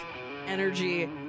energy